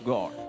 God